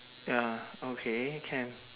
ya okay can